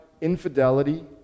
infidelity